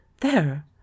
There